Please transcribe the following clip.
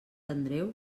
andreu